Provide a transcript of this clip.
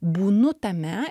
būnu tame